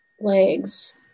legs